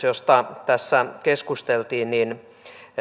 josta tässä keskusteltiin